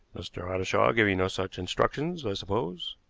mr. ottershaw gave you no such instructions, i suppose,